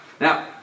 Now